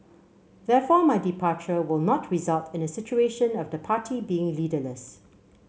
therefore my departure will not result in a situation of the party being leaderless